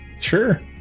Sure